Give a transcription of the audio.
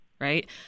Right